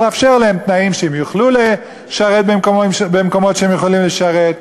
לאפשר להם תנאים שהם יוכלו לשרת במקומות שהם יכולים לשרת,